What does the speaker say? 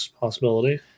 possibility